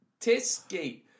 tisky